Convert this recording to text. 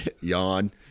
Yawn